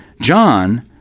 John